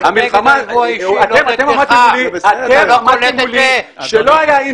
אתם עמדתם מולי כשלא היה אינטרנט.